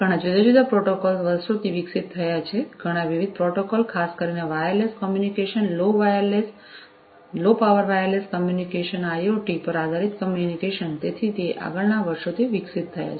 ઘણાં જુદા જુદા પ્રોટોકોલો વર્ષોથી વિકસિત થયા છે ઘણાં વિવિધ પ્રોટોકોલો ખાસ કરીને wireless communication low power wireless communication IoT આધારિત કમ્યુનિકેશન અને તેથી આગળના વર્ષોથી વિકસિત થયા છે